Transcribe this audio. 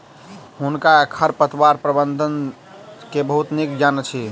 हुनका खरपतवार प्रबंधन के बहुत नीक ज्ञान अछि